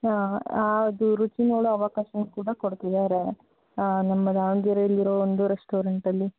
ಅದು ರುಚಿ ನೋಡೋ ಅವಕಾಶವೂ ಕೂಡ ಕೊಡ್ತಿದ್ದಾರೆ ನಮ್ಮ ದಾವಣ್ಗೆರೆಲಿರೋ ಒಂದು ರೆಸ್ಟೋರೆಂಟಲ್ಲಿ